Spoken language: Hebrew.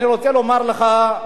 אני רוצה לומר לך,